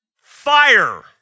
Fire